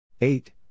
Eight